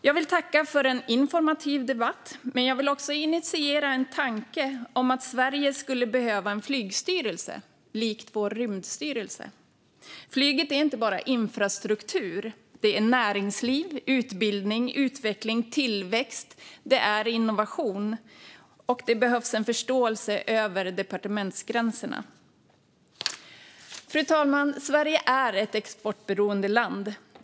Jag vill tacka för en informativ debatt, men jag vill också initiera en tanke om att Sverige skulle behöva en flygstyrelse likt vår rymdstyrelse. Flyget är inte bara infrastruktur - det är näringsliv, utbildning, utveckling, tillväxt och innovation. Det behövs en förståelse över departementsgränserna. Fru talman! Sverige är ett exportberoende land.